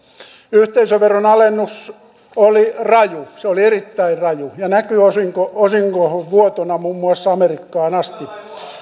yhteisöveron alennus oli raju se oli erittäin raju ja näkyy osinkovuotona osinkovuotona muun muassa amerikkaan asti